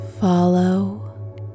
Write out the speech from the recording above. Follow